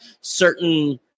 certain